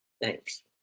Thanks